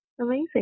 Amazing